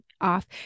off